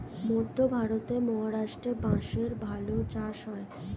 মধ্যে ভারতের মহারাষ্ট্রে বাঁশের ভালো চাষ হয়